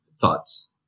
thoughts